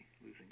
losing